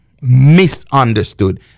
Misunderstood